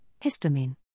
histamine